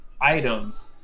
Items